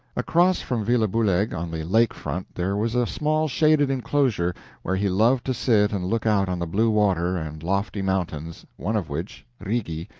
across from villa buhlegg on the lake-front there was a small shaded inclosure where he loved to sit and look out on the blue water and lofty mountains, one of which, rigi,